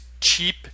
cheap